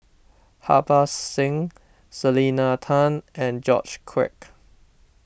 Harbans Singh Selena Tan and George Quek